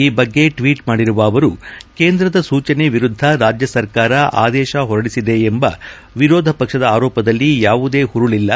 ಈ ಬಗ್ಗೆ ಟ್ಲೀಟ್ ಮಾಡಿರುವ ಅವರು ಕೇಂದ್ರದ ಸೂಚನೆ ವಿರುದ್ದ ರಾಜ್ಯ ಸರ್ಕಾರ ಆದೇಶ ಹೊರಡಿಸಿದೆ ಎಂಬ ವಿರೋಧ ಪಕ್ಷದ ಆರೋಪದಲ್ಲಿ ಯಾವುದೇ ಹುರುಳಲ್ಲ